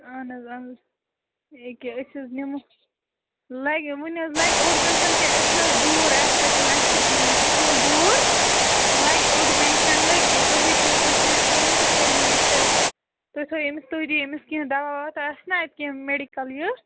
اَہَن حظ اَہَن حظ یہِ کہِ أسۍ حظ نِمو لَگہِ وُنہِ حظ لَگہِ اوٚڑ گنٛٹہٕ کھَنڈ کیٛازِ أسۍ چھِ نہٕ حظ دوٗر اَتہِ پٮ۪ٹھ اَسہِ چھِ سکوٗل دوٗر لَگہِ اوٚڈ گنٛٹہٕ کھَنٛڈ لگہِ تُہۍ ہیٚکِو تُہۍ کٔرِو کٲم تُہۍ تھٲیہوٗن یِہِ ییٖتِس ٹایمَس تُہۍ تھٲوِو أمِس تُہۍ دِیِو أمِس کیٚنٛہہ دوا ووا تۄہہِ آسہِ نا اَتہِ کیٚنٛہہ میٚڈِکَل یِہِ